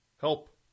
Help